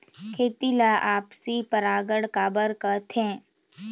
खेती ला आपसी परागण काबर करथे?